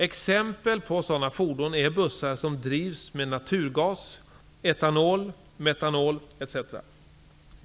Exempel på sådana fordon är bussar som drivs med naturgas, etanol, metanol etc.